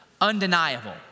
undeniable